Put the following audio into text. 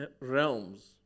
realms